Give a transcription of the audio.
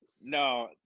No